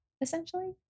essentially